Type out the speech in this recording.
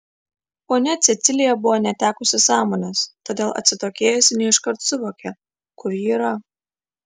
ponia cecilija buvo netekusi sąmonės todėl atsitokėjusi ne iškart suvokė kur ji yra